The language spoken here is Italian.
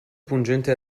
pungente